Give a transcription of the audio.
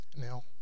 now